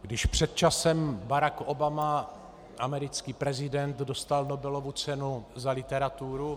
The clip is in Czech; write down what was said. Když před časem Barack Obama, americký prezident, dostal Nobelovu cenu za literaturu...